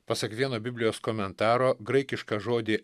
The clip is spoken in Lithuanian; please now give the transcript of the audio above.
pasak vieno biblijos komentaro graikišką žodį